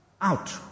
Out